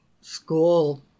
school